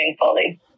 fully